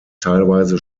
teilweise